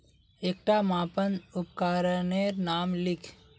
एकटा मापन उपकरनेर नाम लिख?